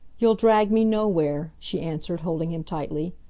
you'll drag me nowhere, she answered, holding him tightly.